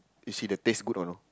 you see the taste good or no